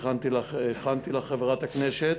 הכנתי לך, חברת הכנסת,